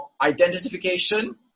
identification